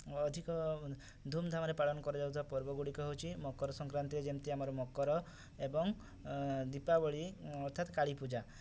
ଅଧିକ ଧୂମ୍ଧାମ୍ରେ ପାଳନ କରାଯାଉଥିବା ପର୍ବଗୁଡ଼ିକ ହେଉଛି ମକର ସଂକ୍ରାନ୍ତିରେ ଯେମିତି ଆମର ମକର ଏବଂ ଦୀପାବଳି ଅର୍ଥାତ କାଳୀ ପୂଜା